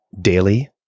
daily